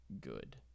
good